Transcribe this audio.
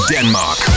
Denmark